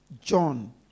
John